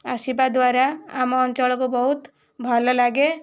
ଆସିବା ଦ୍ୱାରା ଆମ ଅଞ୍ଚଳକୁ ବହୁତ ଭଲ ଲାଗେ